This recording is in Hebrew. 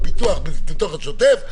והפיתוח מתוך השוטף,